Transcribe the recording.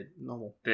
normal